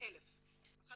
לא